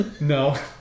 No